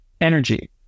energy